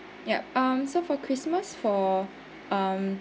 yup um so for christmas for um